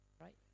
right